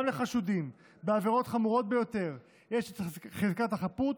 גם לחשודים בעבירות חמורות ביותר יש את חזקת החפות,